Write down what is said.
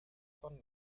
von